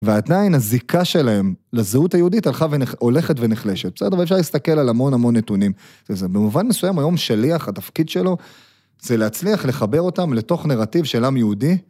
ועדיין הזיקה שלהם לזהות היהודית הלכה ו..הולכת ונחלשת. בסדר? ואפשר להסתכל על המון המון נתונים. זה במובן מסוים היום שליח, התפקיד שלו, זה להצליח לחבר אותם לתוך נרטיב של עם יהודי.